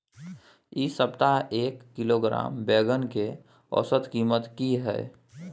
इ सप्ताह एक किलोग्राम बैंगन के औसत कीमत की हय?